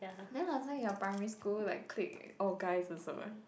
then Hao-Zheng your primary school like clique all guys also ah